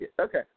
Okay